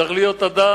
צריך להיות אדם